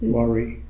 worry